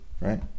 right